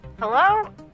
Hello